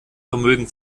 vermögen